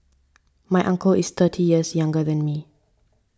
my uncle is thirty years younger than me